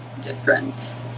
different